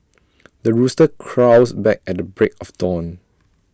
the rooster crows back at the break of dawn